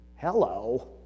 Hello